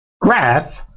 graph